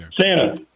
Santa